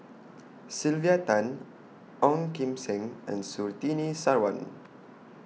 Sylvia Tan Ong Kim Seng and Surtini Sarwan